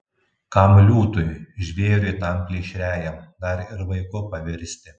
kam liūtui žvėriui tam plėšriajam dar ir vaiku pavirsti